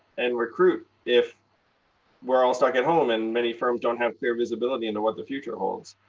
and recruit if we're all stuck at home and many firms don't have clear visibility into what the future holds.